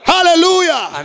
Hallelujah